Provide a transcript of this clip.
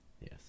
Yes